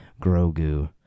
Grogu